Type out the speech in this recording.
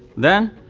then,